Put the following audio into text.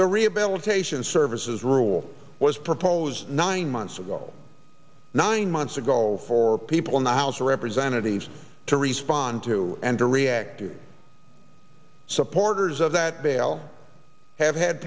the rehabilitation services rule was proposed nine months ago nine months ago for people in the house of representatives to respond to and to react and supporters of that bail have had